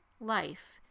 life